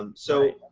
um so,